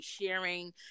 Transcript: sharing